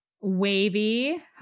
wavy